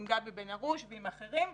עם גבי בן הרוש ועם אחרים,